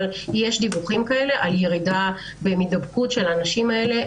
יש דיווחים על ירידה במידבקות של האנשים האלה,